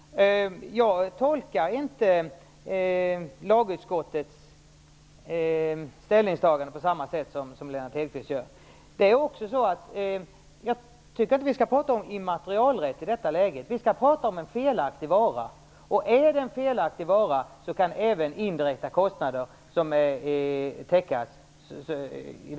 Jag tolkar inte lagutskottets ställningstagande på samma sätt som Lennart Hedquist gör. Jag tycker inte att vi skall prata om immaterialrätt i detta läge. Vi skall prata om en felaktig vara. Är det en felaktig vara kan även indirekta kostnader täckas.